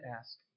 ask